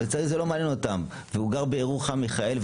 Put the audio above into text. אבל לצערי זה לא מעניין אותם והוא גר בירוחם מיכאל,